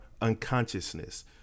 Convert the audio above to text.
unconsciousness